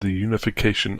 unification